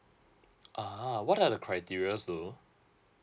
(uh huh) what are the criterias though